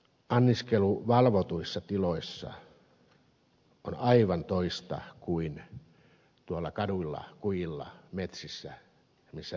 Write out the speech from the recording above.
anniskelu valvotuissa tiloissa on aivan toista kuin tuolla kaduilla kujilla metsissä missä hyvänsä